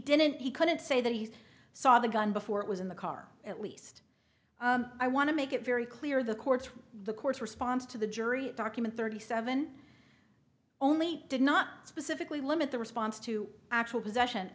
didn't he couldn't say that he saw the gun before it was in the car at least i want to make it very clear the courts the courts response to the jury document thirty seven only did not specifically limit the response to actual possession